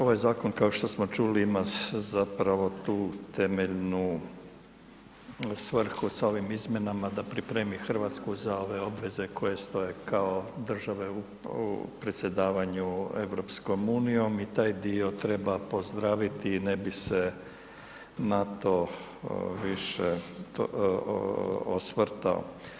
Ovaj Zakon kao što smo čuli ima zapravo tu temeljnu svrhu sa ovim izmjenama da pripremi Hrvatsku za ove obveze koje stoje kao države u predsjedavanju Europskom unijom, i taj dio treba pozdraviti i ne bi se na to više osvrtao.